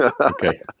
Okay